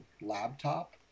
laptop